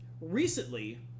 recently